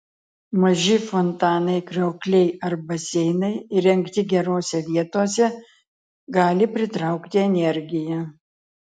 maži fontanai kriokliai ar baseinai įrengti gerose vietose gali pritraukti energiją